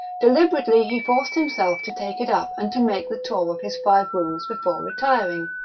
deliberately he forced himself to take it up and to make the tour of his five rooms before retiring.